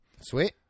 Sweet